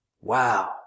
Wow